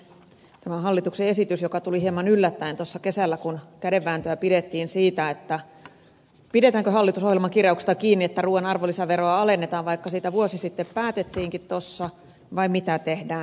tämä hallituksen esitys tuli hieman yllättäin tuossa kesällä kun kädenvääntöä käytiin siitä pidetäänkö hallitusohjelman kirjauksista kiinni että ruuan arvonlisäveroa alennetaan vaikka siitä vuosi sitten päätettiinkin vai mitä tehdään